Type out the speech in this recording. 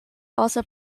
also